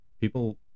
People